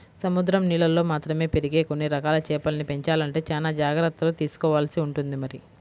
సముద్రం నీళ్ళల్లో మాత్రమే పెరిగే కొన్ని రకాల చేపల్ని పెంచాలంటే చానా జాగర్తలు తీసుకోవాల్సి ఉంటుంది మరి